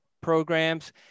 programs